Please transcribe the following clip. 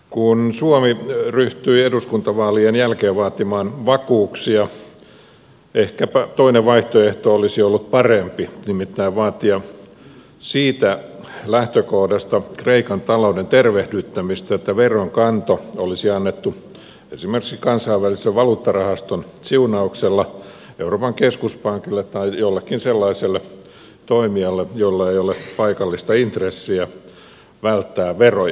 kun suomi ryhtyi eduskuntavaalien jälkeen vaatimaan vakuuksia ehkäpä toinen vaihtoehto olisi ollut parempi nimittäin vaatia siitä lähtökohdasta kreikan talouden tervehdyttämistä että veronkanto olisi annettu esimerkiksi kansainvälisen valuuttarahaston siunauksella euroopan keskuspankille tai jollekin sellaiselle toimijalle jolla ei ole paikallista intressiä välttää veroja